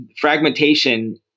fragmentation